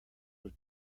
was